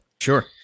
sure